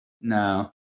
No